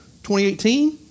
2018